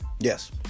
Yes